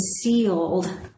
sealed